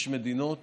יש מדינות